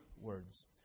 words